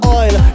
oil